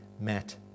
met